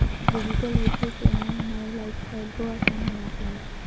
digital वित्तीय सेवाएं हमारे लाइफस्टाइल को आसान बनाती हैं